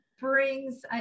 brings